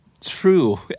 true